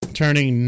turning